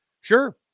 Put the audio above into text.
sure